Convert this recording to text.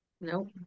Nope